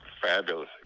Fabulous